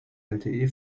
lte